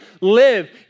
live